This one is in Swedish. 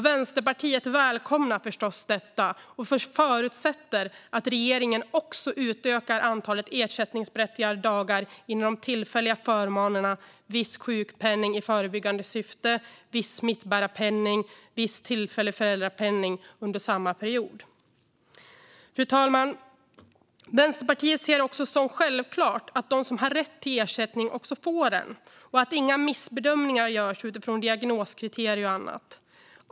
Vänsterpartiet välkomnar förstås detta och förutsätter att regeringen också utökar antalet ersättningsberättigade dagar inom de tillfälliga förmånerna viss sjukpenning i förebyggande syfte, viss smittbärarpenning och viss tillfällig föräldrapenning under samma period. Fru talman! Vänsterpartiet ser det också som självklart att de som har rätt till ersättning också får den och att inga missbedömningar görs utifrån diagnoskriterier och annat.